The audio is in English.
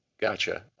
Gotcha